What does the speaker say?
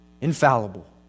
infallible